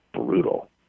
brutal